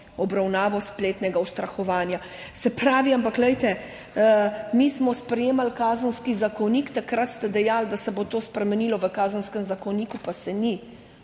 obravnavo spletnega ustrahovanja. Ampak glejte, mi smo sprejemali kazenski zakonik, takrat ste dejali, da se bo to spremenilo v kazenskem zakoniku, pa se ni.